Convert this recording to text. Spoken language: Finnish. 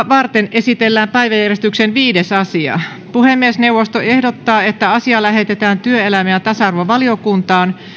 varten esitellään päiväjärjestyksen viides asia puhemiesneuvosto ehdottaa että asia lähetetään työelämä ja tasa arvovaliokuntaan